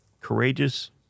courageous